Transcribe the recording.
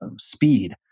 speed